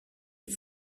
les